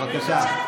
בבקשה.